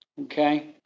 Okay